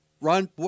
ron